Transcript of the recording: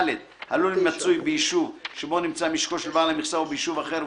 הלול מצוי ביישוב שבו נמצא משקו של בעל המכסה או ביישוב אחר,